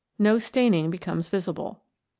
no staining becomes visible.